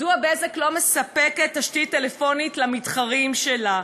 מדוע "בזק" לא מספקת תשתית טלפונית למתחרים שלה?